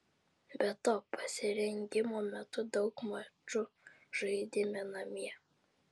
be to pasirengimo metu daug mačų žaidėme namie